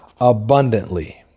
abundantly